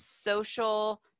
social